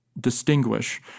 distinguish